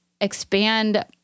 expand